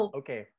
okay